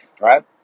right